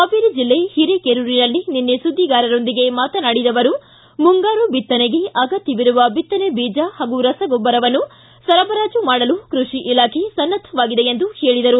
ಹಾವೇರಿ ಜಿಲ್ಲೆ ಹಿರೇಕೆರೂರಿನಲ್ಲಿ ನಿನ್ನೆ ಸುದ್ಲಿಗಾರರೊಂದಿಗೆ ಮಾತನಾಡಿದ ಆವರು ಮುಂಗಾರು ಬಿತ್ತನೆಗೆ ಅಗತ್ಯವಿರುವ ಬಿತ್ತನೆ ಬೀಜ ಹಾಗೂ ರಸಗೊಬ್ಬರವನ್ನು ಸರಬರಾಜು ಮಾಡಲು ಕೃಷಿ ಇಲಾಖೆ ಸನ್ನದ್ರವಾಗಿದೆ ಎಂದು ಹೇಳಿದರು